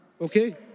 Okay